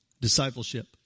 discipleship